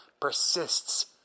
persists